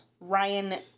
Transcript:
Ryan